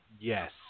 Yes